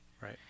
Right